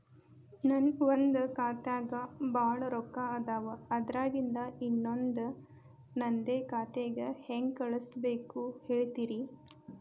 ನನ್ ಒಂದ್ ಖಾತ್ಯಾಗ್ ಭಾಳ್ ರೊಕ್ಕ ಅದಾವ, ಅದ್ರಾಗಿಂದ ಇನ್ನೊಂದ್ ನಂದೇ ಖಾತೆಗೆ ಹೆಂಗ್ ಕಳ್ಸ್ ಬೇಕು ಹೇಳ್ತೇರಿ?